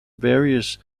various